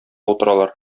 утыралар